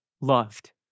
loved